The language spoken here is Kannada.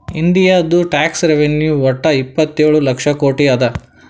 ಇಂಡಿಯಾದು ಟ್ಯಾಕ್ಸ್ ರೆವೆನ್ಯೂ ವಟ್ಟ ಇಪ್ಪತ್ತೇಳು ಲಕ್ಷ ಕೋಟಿ ಅದಾ